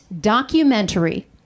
documentary